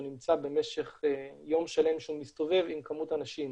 נמצא במשך יום שלם שהוא מסתובב עם כמות האנשים.